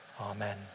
amen